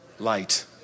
light